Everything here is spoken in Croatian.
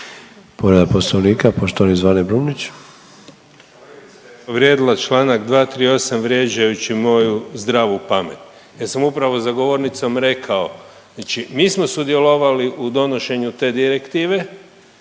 Povreda poslovnika poštovani Zvane Brumnić.